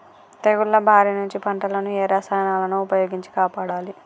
తెగుళ్ల బారి నుంచి పంటలను ఏ రసాయనాలను ఉపయోగించి కాపాడాలి?